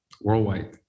worldwide